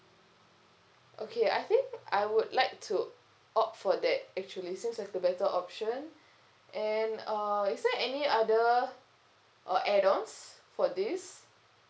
okay I think I would like to opt for that actually seems like a better option and uh is there any other uh add ons for this